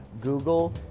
Google